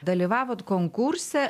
dalyvavot konkurse